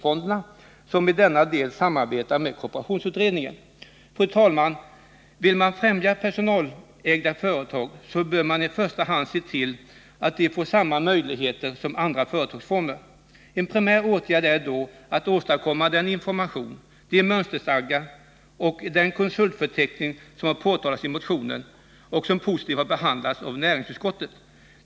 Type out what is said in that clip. Fru talman! Vill man främja personalägda företag så bör man i första hand se till att de får samma möjligheter som andra företagsformer. En primär åtgärd är då att åstadkomma den information, de mönsterstadgar och den konsultförteckning som nämns i motionen och som har behandlats positivt av näringsutskottet.